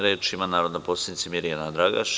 Reč ima narodna poslanica Mirjana Dragaš.